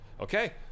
Okay